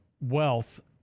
wealth